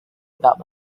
about